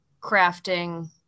crafting